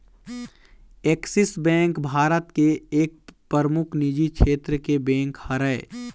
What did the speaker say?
Axis bank Bharat के एक परमुख निजी छेत्र के बेंक हरय